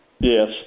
Yes